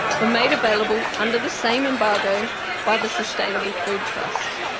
were made available under the same embargo by the sustainable food trust.